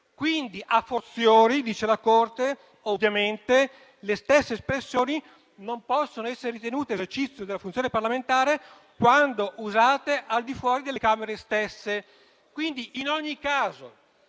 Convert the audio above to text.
quindi *a fortiori* - dice la Corte - le stesse espressioni non possono essere ritenute esercizio della funzione parlamentare quando usate al di fuori delle Camere stesse. In ogni caso,